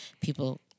people